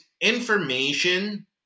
information